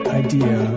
idea